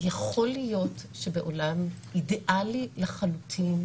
יכול להיות שבעולם אידיאלי לחלוטין